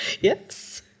Yes